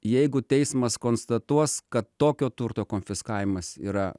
jeigu teismas konstatuos kad tokio turto konfiskavimas yra